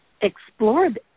explored